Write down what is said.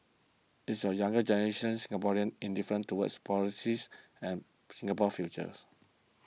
is the younger generation Singaporeans indifferent towards politics and Singapore's futures